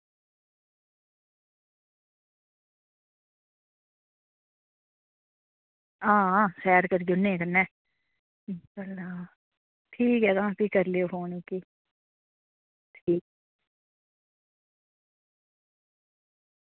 हां सैर करी औन्ने आं कन्नै ठीक ऐ तां भी करी लैयो फोन उसगी